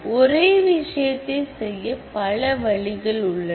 ஒரே விஷயத்தை செய்ய பல வழிகள் உள்ளன